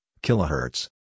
kilohertz